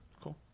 Cool